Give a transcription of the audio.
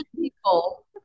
people